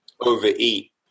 overeat